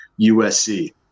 USC